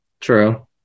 True